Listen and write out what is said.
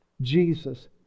Jesus